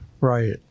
Right